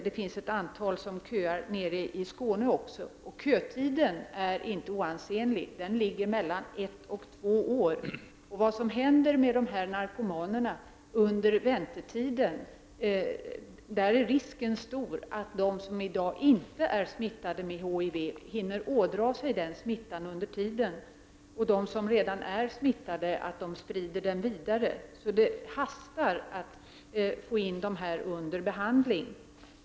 Det finns ett antal som köar nere i Skåne också. Kötiden är inte oansenlig. Den ligger mellan ett och två år. Bland de narkomaner som i dag inte är smittade med HIV är risken stor för att de under väntetiden hinner ådra sig smittan och att de som redan är smittade sprider den vidare. Det hastar att få dessa människor under behandling.